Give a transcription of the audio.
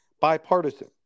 bipartisan